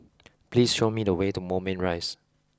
please show me the way to Moulmein Rise